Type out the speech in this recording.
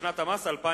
בשנת המס 2009)